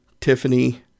Tiffany